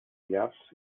llars